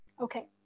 Okay